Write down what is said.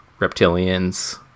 Reptilians